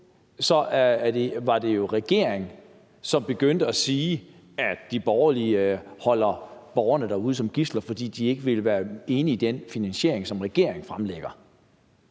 2 var det jo regeringen, som begyndte at sige, at de borgerlige holder borgerne derude som gidsler, fordi de ikke er enige i den finansiering, som regeringen fremlægger.